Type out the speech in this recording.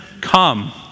come